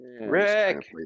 Rick